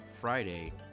Friday